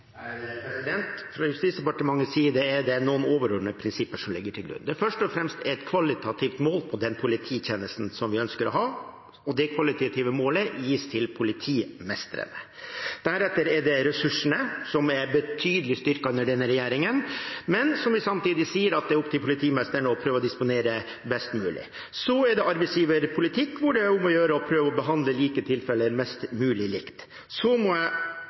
Fra Justisdepartementets side er det noen overordnede prinsipper som ligger til grunn. Det er først og fremst et kvalitativt mål på den polititjenesten vi ønsker å ha, og det kollektive målet gis til politimestrene. Deretter er det ressursene, som er betydelig styrket under denne regjeringen, men som vi samtidig sier er opp til politimestrene å prøve å disponere best mulig. Så er det arbeidsgiverpolitikk, hvor det er om å gjøre å prøve å behandle like tilfeller mest mulig likt. Jeg må